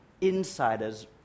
insiders